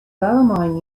bellarmine